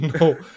no